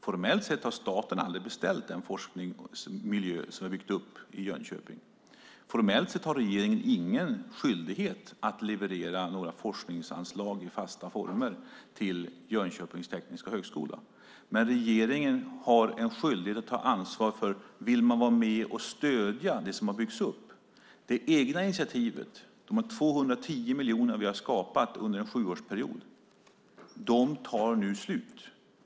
Formellt sett har staten aldrig beställt den forskningsmiljö som har byggts upp i Jönköping. Formellt sett har regeringen ingen skyldighet att leverera några forskningsanslag i fasta former till Jönköpings tekniska högskola. Men regeringen har en skyldighet att ta ansvar för att vara med och stödja det som har byggts upp, det egna initiativet. De 210 miljoner vi har skapat under en sjuårsperiod tar nu slut.